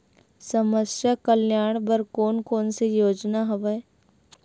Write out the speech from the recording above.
समस्या कल्याण बर कोन कोन से योजना हवय?